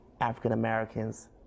African-Americans